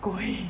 贵